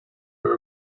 were